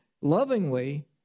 lovingly